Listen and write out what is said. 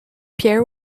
pierre